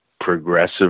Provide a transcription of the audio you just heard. progressive